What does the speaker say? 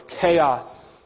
chaos